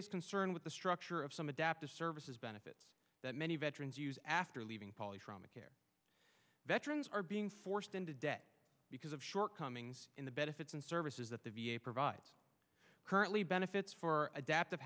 s concerned with the structure of some adaptive services benefits that many veterans use after leaving polly from a care veterans are being forced into debt because of shortcomings in the benefits and services that the v a provides currently benefits for adaptive